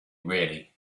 really